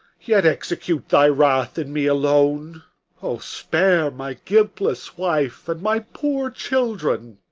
yet execute thy wrath in me alone o, spare my guiltless wife and my poor children